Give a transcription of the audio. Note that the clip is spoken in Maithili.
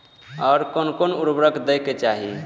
आर कोन कोन उर्वरक दै के चाही?